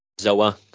Zoa